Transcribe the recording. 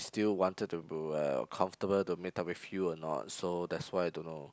still wanted to uh comfortable to meet up with you or not so that's why I don't know